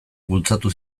bultzatu